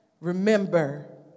remember